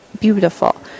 beautiful